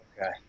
Okay